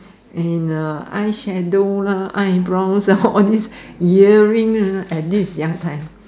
and uh eye shadow lah eyebrow ah all this earring lah and this is young time